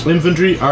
Infantry